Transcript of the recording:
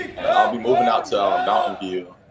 and i'll be moving outsell mountain view,